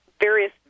various